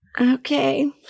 Okay